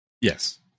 Yes